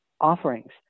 offerings